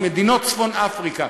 עם מדינות צפון אפריקה,